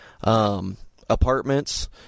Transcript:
apartments